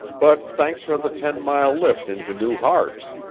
but thanks for the ten-mile lift into new hartz.